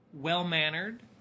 well-mannered